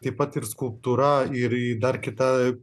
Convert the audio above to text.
taip pat ir skulptūra ir į dar kita